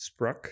Spruck